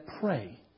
pray